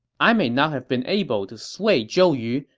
i may not have been able to sway zhou yu,